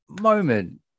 moment